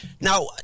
now